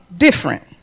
Different